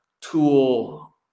tool